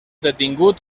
detingut